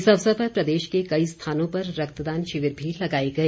इस असवर पर प्रदेश के कई स्थानों पर रक्तदान शिविर भी लगाए गए